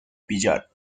pillar